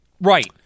Right